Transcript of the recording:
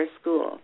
school